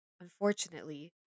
unfortunately